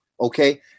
Okay